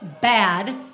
bad